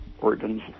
organs